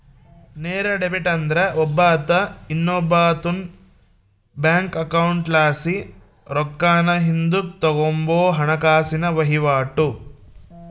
ನೇರ ಡೆಬಿಟ್ ಅಂದ್ರ ಒಬ್ಬಾತ ಇನ್ನೊಬ್ಬಾತುನ್ ಬ್ಯಾಂಕ್ ಅಕೌಂಟ್ಲಾಸಿ ರೊಕ್ಕಾನ ಹಿಂದುಕ್ ತಗಂಬೋ ಹಣಕಾಸಿನ ವಹಿವಾಟು